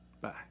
Bye